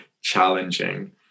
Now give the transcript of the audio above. challenging